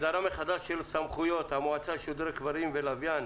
הגדרה מחדש של סמכויות המועצה לשידורי כבלים ולוויין,